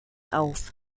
auf